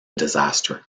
disaster